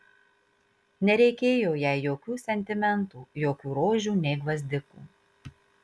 nereikėjo jai jokių sentimentų jokių rožių nei gvazdikų